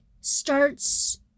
starts